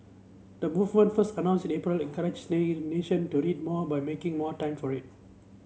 the movement first announced in April encourage the nation to read more by making more time for it